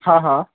हा हा